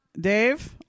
Dave